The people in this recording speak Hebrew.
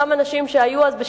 אותם אנשים שהיו אז,